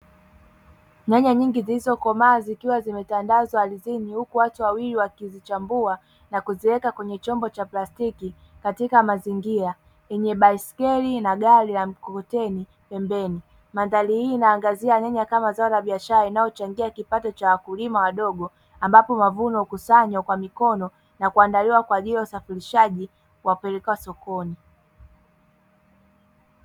Nyanya nyingi zilizokomaa zikiwa zimetandazwa ardhini huku watu wawili wakizichambua na kuziweka kwenye chombo cha plastiki katika mazingia yenye baiskeli na gari la mkokoteni pembeni. Mandhari hii inaangazia nyanya kama zao la biashara inayochangia kipato cha wakulima wadogo ambapo mavuno hukusanywa kwa mikono na kuandaliwa kwa ajili ya usafirishaji kuwapeleka sokoni.